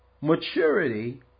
maturity